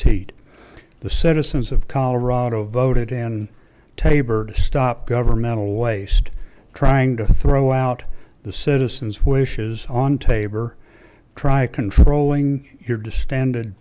teat the citizens of colorado voted in taber to stop governmental waste trying to throw out the citizens wishes on taber try controlling your distended